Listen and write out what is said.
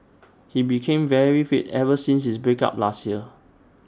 he became very fit ever since his break up last year